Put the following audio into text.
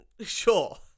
Sure